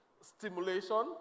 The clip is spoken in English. stimulation